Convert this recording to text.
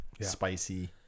spicy